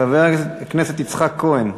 חבר הכנסת יצחק כהן,